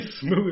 smooth